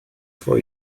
for